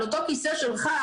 על אותו כיסא שלך,